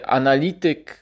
analityk